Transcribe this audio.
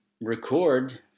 record